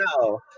no